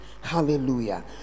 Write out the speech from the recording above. hallelujah